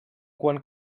quant